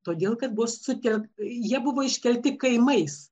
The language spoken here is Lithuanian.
todėl kad bus sutelkta jie buvo iškelti kaimais